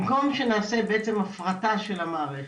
במקום שנעשה בעצם הפרטה של המערכת.